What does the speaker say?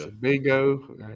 Bingo